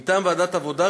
מטעם ועדת העבודה,